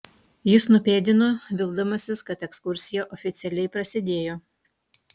jis nupėdino vildamasis kad ekskursija oficialiai prasidėjo